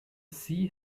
see